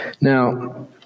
Now